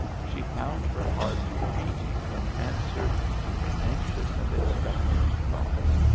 she found her heart beating in answer to her anxious and expectant thoughts.